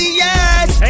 yes